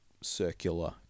circular